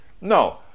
No